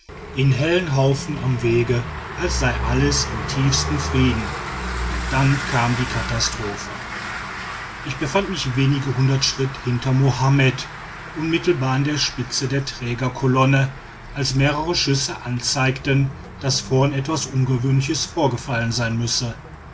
in hellen haufen am weg als sei alles im tiefsten frieden und dann kam die katastrophe ich befand mich wenige hundert schritt hinter mohammed unmittelbar an der spitze der trägerkolonne als mehrere schüsse anzeigten daß vorn etwas ungewöhnliches vorgefallen sein müsse